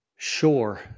Sure